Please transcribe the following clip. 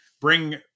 bring